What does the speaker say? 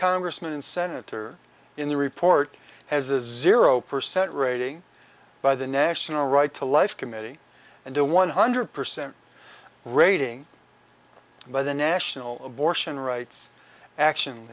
congressman and senator in the report has a zero percent rating by the national right to life committee and the one hundred percent rating by the national abortion rights action